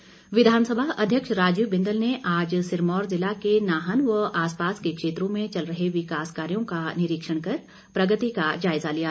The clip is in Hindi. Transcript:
बिंदल विधानसभा अध्यक्ष राजीव बिंदल ने आज सिरमौर जिला के नाहन व आसपास के क्षेत्रों में चल रहे विकास कार्यों का निरीक्षण कर प्रगति का जायजा लिया